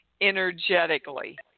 energetically